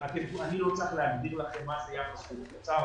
אני לא צריך להסביר לכם מה זה יחס חוב תוצר,